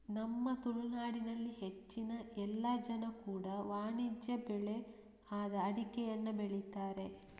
ನಮ್ಮ ತುಳುನಾಡಿನಲ್ಲಿ ಹೆಚ್ಚಿನ ಎಲ್ಲ ಜನ ಕೂಡಾ ವಾಣಿಜ್ಯ ಬೆಳೆ ಆದ ಅಡಿಕೆಯನ್ನ ಬೆಳೀತಾರೆ